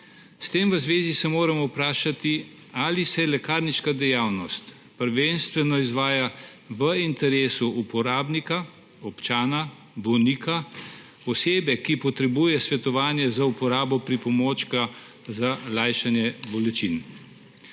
S tem v zvezi se moramo vprašati, ali se lekarniška dejavnost prvenstveno izvaja v interesu uporabnika, občana, bolnika, osebe, ki potrebuje svetovanje za uporabo pripomočka za lajšanje bolečin.